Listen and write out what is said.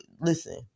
Listen